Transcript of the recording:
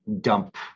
dump